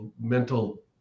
mental